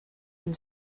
and